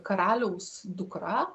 karaliaus dukra